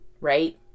right